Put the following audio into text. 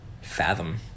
fathom